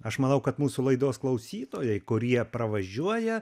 aš manau kad mūsų laidos klausytojai kurie pravažiuoja